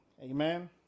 Amen